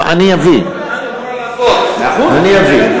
אני אביא.